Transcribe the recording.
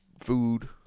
food